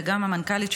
וגם המנכ"לית,